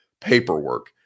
paperwork